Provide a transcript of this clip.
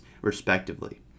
respectively